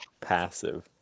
passive